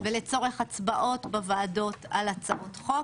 ולצורך הצבעות בוועדות על הצעות חוק,